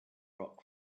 rock